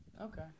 Okay